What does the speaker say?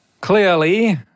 clearly